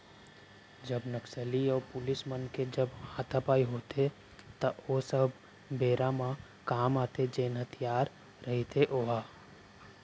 जब नक्सली अऊ पुलिस मन के जब हातापाई होथे त ओ सब बेरा म काम आथे जेन हथियार रहिथे ओहा